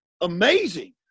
amazing